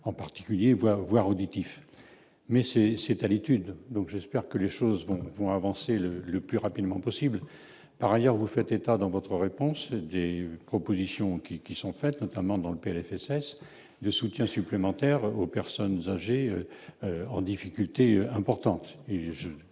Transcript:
en particulier, voire avoir auditif, mais c'est, c'est à l'étude, donc j'espère que les choses vont vont avancer le le plus rapidement possible, par ailleurs, vous faites état dans votre réponse, des propositions qui qui sont faites, notamment dans le PLFSS de soutien supplémentaire aux personnes âgées en difficulté importante